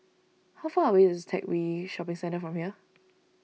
how far away is Teck Whye Shopping Centre from here